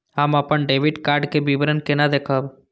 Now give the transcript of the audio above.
हम अपन debit card के विवरण केना देखब?